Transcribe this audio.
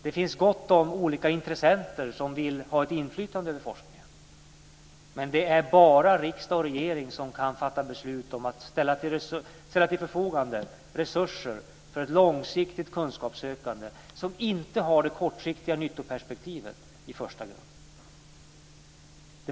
Det finns också gott om olika intressenter som vill ha ett inflytande över forskningen, men det är bara riksdag och regering som kan fatta beslut om att ställa resurser till förfogande för ett långsiktigt kunskapssökande som inte har det kortsiktiga nyttoperspektivet i första hand.